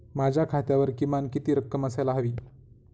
माझ्या खात्यावर किमान किती रक्कम असायला हवी?